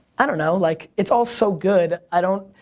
i dunno, like, it's all so good i don't,